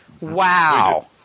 Wow